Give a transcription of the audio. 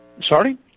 sorry